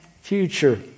future